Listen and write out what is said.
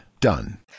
done